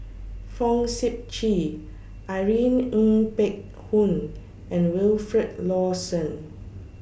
Fong Sip Chee Irene Ng Phek Hoong and Wilfed Lawson